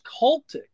cultic